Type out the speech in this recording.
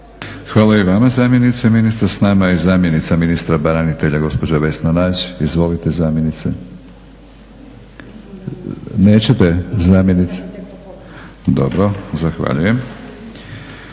Hvala i vama zamjenice ministra. S nama je i zamjenica ministra branitelja gospođa Vesna Nađ. Izvolite zamjenice. Nećete zamjenice? Dobro. Zahvaljujem.